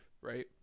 right